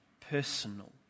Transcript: personal